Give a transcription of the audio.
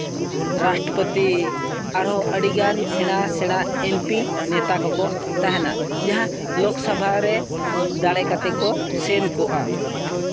ᱨᱟᱴᱨᱚᱯᱚᱛᱤ ᱟᱨᱦᱚᱸ ᱟᱹᱰᱤᱜᱟᱱ ᱥᱮᱬᱟ ᱥᱮᱬᱟ ᱮᱢ ᱯᱤ ᱱᱮᱛᱟ ᱠᱚᱠᱚ ᱛᱟᱦᱮᱱᱟ ᱡᱟᱦᱟᱸ ᱞᱳᱠᱥᱚᱵᱷᱟ ᱨᱮ ᱫᱟᱲᱮ ᱠᱟᱛᱮᱫ ᱠᱚ ᱥᱮᱱ ᱠᱚᱜᱼᱟ